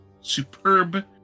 superb